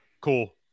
Cool